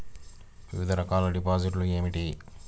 వివిధ రకాల డిపాజిట్లు ఏమిటీ?